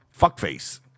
Fuckface